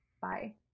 bye